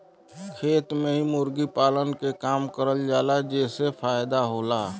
खेत में ही मुर्गी पालन के काम करल जाला जेसे फायदा होला